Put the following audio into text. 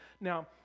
now